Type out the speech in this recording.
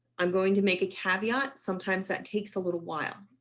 i'm going to make a caveat. sometimes that takes a little while.